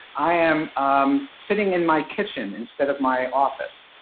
i am sitting in my kitchen, instead of my office.